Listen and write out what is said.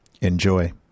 Enjoy